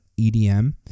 EDM